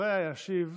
אחריה ישיב